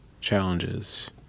challenges